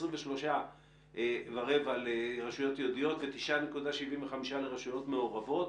23 ורבע תקנים לרשויות יהודיות ו-9.75 לרשויות מעורבות.